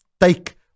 take